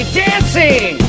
dancing